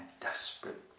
desperate